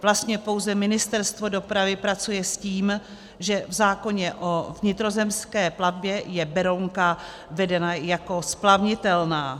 Vlastně pouze Ministerstvo dopravy pracuje s tím, že v zákoně o vnitrozemské plavbě je Berounka vedena jako splavnitelná.